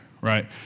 right